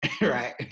right